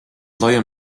laiem